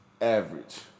average